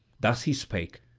thus he spake,